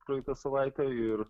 praeitą savaitę ir